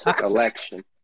election